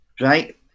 right